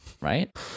Right